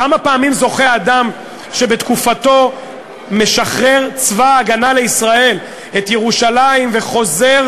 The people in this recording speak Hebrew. כמה פעמים זוכה אדם שבתקופתו משחרר צבא ההגנה לישראל את ירושלים וחוזר,